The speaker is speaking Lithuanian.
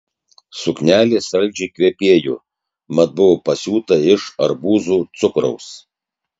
suknelė saldžiai kvepėjo mat buvo pasiūta iš arbūzų cukraus